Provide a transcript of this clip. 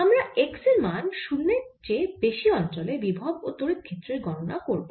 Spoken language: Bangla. আমরা x এর মান 0 এর চেয়ে বেশি অঞ্চলে বিভব ও তড়িৎ ক্ষেত্রের গণনা করব